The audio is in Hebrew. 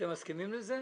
אתם מסכימים לזה?